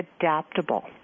adaptable